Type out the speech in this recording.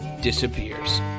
disappears